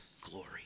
glory